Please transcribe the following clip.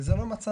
וזה לא מצב,